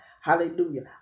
Hallelujah